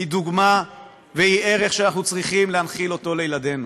היא דוגמה והיא ערך שאנחנו צריכים להנחיל לילדינו.